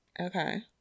Okay